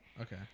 Okay